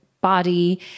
body